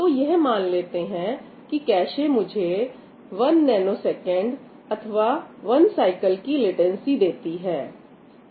तो यह मान लेते हैं कि कैशे मुझे 1 नैनोसेकंड अथवा 1 साइकिल की लेटेंसी देती है